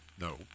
No